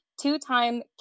two-time